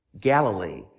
Galilee